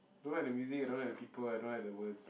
don't like the music I don't like the people I don't like the words